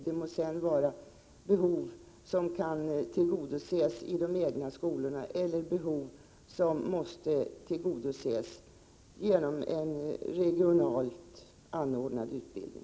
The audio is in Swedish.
Det må sedan vara behov som kan tillgodoses i de egna skolorna eller behov som måste tillgodoses genom en regionalt anordnad utbildning.